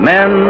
Men